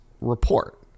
report